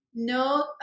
no